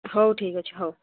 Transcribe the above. ହଉ ଠିକ୍ ଅଛି ହଉ